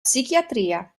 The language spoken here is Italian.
psichiatria